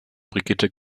brigitte